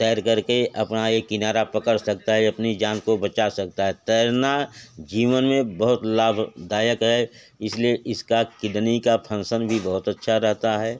तैर कर के अपना एक किनारा पकड़ सकता है अपनी जान को बचा सकता है तैरना जीवन में बहुत लाभदायक है इस लिए इसका किडनी का फंशन भी बहुत अच्छा रहता है